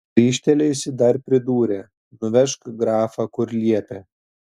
grįžtelėjusi dar pridūrė nuvežk grafą kur liepė